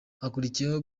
hakurikiyeho